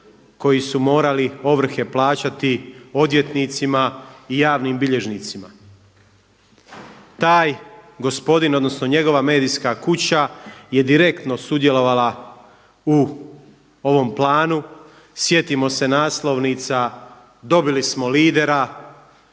koji su morali ovrhe plaćati odvjetnicima i javnim bilježnicima. Taj gospodin, odnosno njegova medijska kuća je direktno sudjelovala u ovom planu. Sjetimo se naslovnica, dobili smo lidera,